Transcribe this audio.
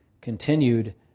continued